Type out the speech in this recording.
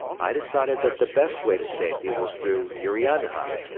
i decided that the best way to safety was through urianhai,